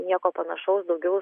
nieko panašaus daugiau su